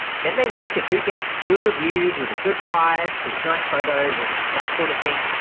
then they look at who gets good reviews with a good price, has nice photos and that sort of thing,